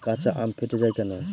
কাঁচা আম ফেটে য়ায় কেন?